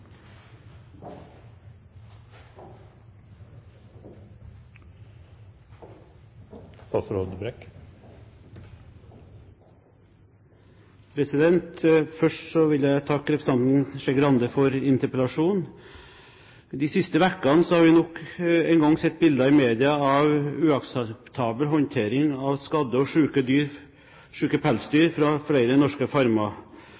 Først vil jeg takke representanten Skei Grande for interpellasjonen. De siste ukene har vi nok en gang sett bilder i media av uakseptabel håndtering av skadde og syke pelsdyr fra flere norske farmer.